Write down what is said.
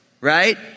right